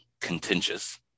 contentious